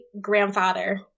grandfather